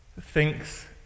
thinks